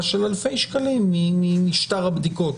בסכום של אלפי שקלים בגלל משטר הבדיקות.